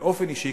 באופן אישי,